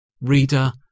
Reader